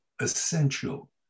essential